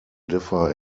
differ